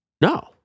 No